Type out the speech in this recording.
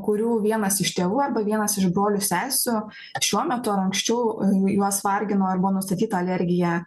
kurių vienas iš tėvų arba vienas iš brolių sesių šiuo metu ar anksčiau juos vargino arba nustatyta alergija